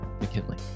McKinley